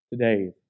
Today